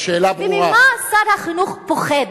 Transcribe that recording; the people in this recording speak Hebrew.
ממה שר החינוך פוחד,